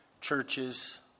churches